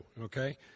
okay